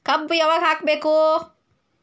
ಕಬ್ಬು ಯಾವಾಗ ಹಾಕಬೇಕು?